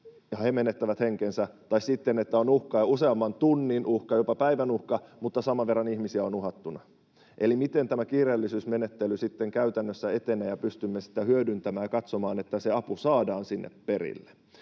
he menettävät henkensä, tai sitten voi olla uhkaa useamman tunnin, uhkaa jopa päivän, mutta saman verran ihmisiä on uhattuna. Eli miten tämä kiireellisyysmenettely sitten käytännössä etenee ja pystymme sitä hyödyntämään ja katsomaan, että se apu saadaan sinne perillä?